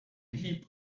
heap